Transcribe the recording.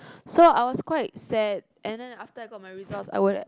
so I was quite sad and then after I got my results I would